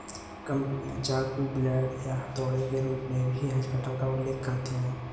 कंपनियां चाकू, ब्लेड या हथौड़े के रूप में भी हेज कटर का उल्लेख करती हैं